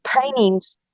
paintings